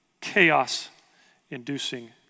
chaos-inducing